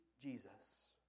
Jesus